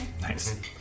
Nice